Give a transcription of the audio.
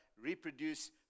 reproduce